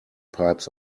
pipes